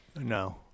No